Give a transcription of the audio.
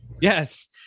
Yes